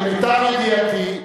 למיטב ידיעתי,